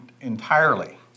entirely